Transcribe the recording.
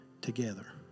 together